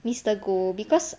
mister goh because